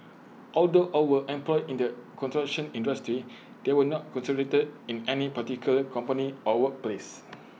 although all were employed in the construction industry they were not concentrated in any particular company or workplace